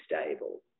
stable